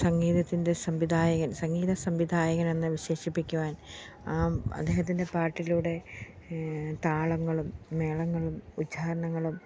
സംഗീതത്തിൻ്റെ സംവിധായകൻ സംഗീത സംവിധായകനെന്ന് വിശേഷിപ്പിക്കുവാൻ ആ അദ്ദേഹത്തിൻ്റെ പാട്ടിലൂടെ താളങ്ങളും മേളങ്ങളും ഉച്ചാരണങ്ങളും